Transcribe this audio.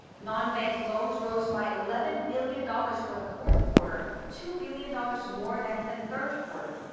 non-bank loans rose by eleven billion dollars for the fourth quarter, two billion dollars more than in the third quarter.